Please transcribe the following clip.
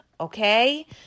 Okay